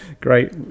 great